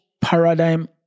paradigm